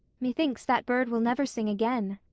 methinks that bird will never sing again.